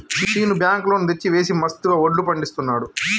Seenu bank loan తెచ్చి వేసి మస్తుగా వడ్లు పండిస్తున్నాడు